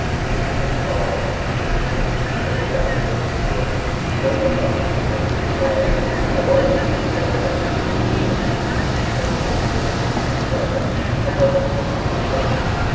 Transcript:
we really are choosy in the sense that we go for certain types of research which are of priority to our palestinian community and also which are achievable within a timeframe.